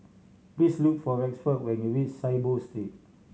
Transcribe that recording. please look for Rexford when you reach Saiboo Street